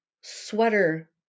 sweater